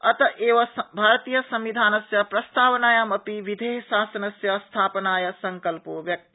अत एव भारतीयसंविधानस्य प्रस्तावनायामपि विधे शासनस्य स्थापनाय संकल्पो व्यक्त